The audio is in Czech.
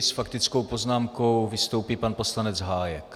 S faktickou poznámkou vystoupí pan poslanec Hájek.